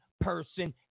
person